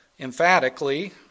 Emphatically